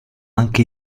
anche